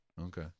Okay